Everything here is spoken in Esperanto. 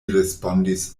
respondis